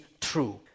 true